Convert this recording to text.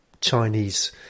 Chinese